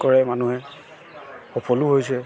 কৰে মানুহে সফলো হৈছে